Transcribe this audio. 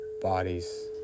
bodies